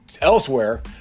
elsewhere